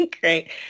Great